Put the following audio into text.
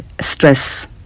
stress